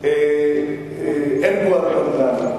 אין בועת נדל"ן.